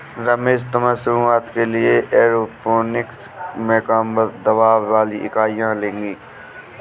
रमेश तुम्हें शुरुआत के लिए एरोपोनिक्स में कम दबाव वाली इकाइयां लगेगी